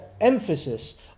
emphasis